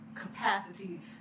capacity